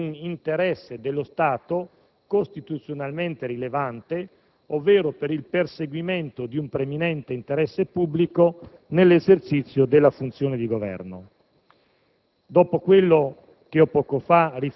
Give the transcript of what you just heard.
alla valutazione della sussistenza di un interesse dello Stato costituzionalmente rilevante, ovvero per il perseguimento di un preminente interesse pubblico nell'esercizio della funzione di Governo.